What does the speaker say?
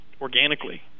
Organically